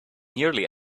nearly